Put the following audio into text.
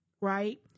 right